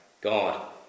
God